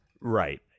right